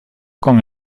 con